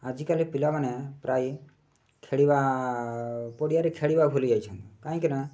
ଆଜିକାଲି ପିଲାମାନେ ପ୍ରାୟ ଖେଳିବା ପଡ଼ିଆରେ ଖେଳିବା ଭୁଲି ଯାଇଛନ୍ତି କାହିଁକିନା